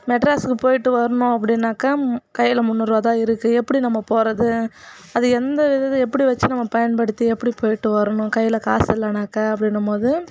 மெட்ராஸுக்கு போய்விட்டு வரணும் அப்படின்னாக்க கையில் முன்னூறு ருபா தான் இருக்குது எப்படி நம்ம போவது அது எந்த இது எப்படி வெச்சு நம்ம பயன்படுத்தி எப்படி போய்விட்டு வரணும் கையில் காசு இல்லைனாக்க அப்படின்னும் போது